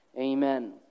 amen